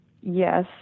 yes